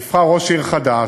נבחר ראש עיר חדש,